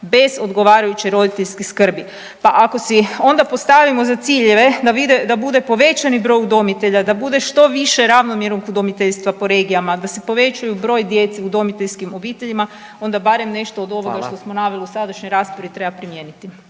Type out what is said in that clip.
bez odgovarajuće roditeljske skrbi. Pa ako si onda postavimo za ciljeve da bude povećani broj udomitelja, da bude što više ravnomjernog udomiteljstva po regijama, da se poveća broj djece u udomiteljskim obiteljima onda barem nešto od ovoga …/Upadica Radin: Hvala./… što smo naveli u sadašnjoj raspravi treba primijeniti.